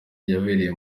yabereye